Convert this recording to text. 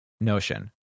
notion